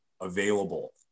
available